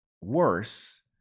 Worse